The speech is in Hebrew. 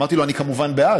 אמרתי לו שאני כמובן בעד.